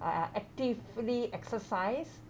ar~ are actively exercise